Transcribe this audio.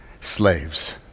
slaves